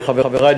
מחברי,